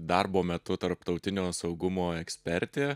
darbo metu tarptautinio saugumo ekspertė